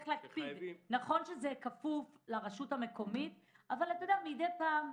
נכון שזה כפוף לרשות המקומית אבל מידי פעם,